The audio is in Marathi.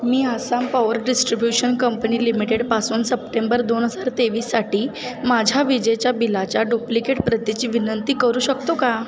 मी आसाम पॉवर ड्रिस्ट्रिब्यूशन कंपणी लिमिटेडपासून सप्टेंबर दोन हसार तेवीससाठी माझ्या विजेच्या बिलाच्या डूप्लिकेट प्रतीची विनंती करू शकतो का